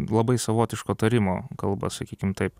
labai savotiško tarimo kalba sakykim taip